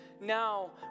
now